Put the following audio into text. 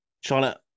Charlotte